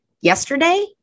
yesterday